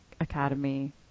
Academy